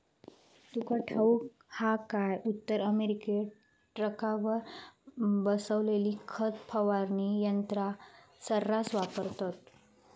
तुका ठाऊक हा काय, उत्तर अमेरिकेत ट्रकावर बसवलेली खत फवारणी यंत्रा सऱ्हास वापरतत